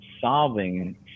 solving